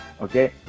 Okay